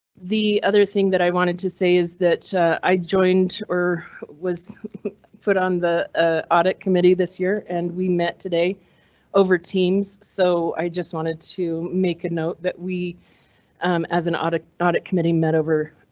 the other thing that i wanted to say is that i joined or was put on the ah audit committee this year and we met today over teams. so i just wanted to make a note that we as an audit audit committee, met over